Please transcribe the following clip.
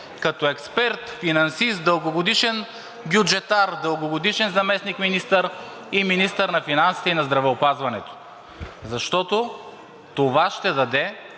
като експерт, финансист, дългогодишен бюджетар, дългогодишен заместник-министър и министър на финансите и на здравеопазването, защото това ще даде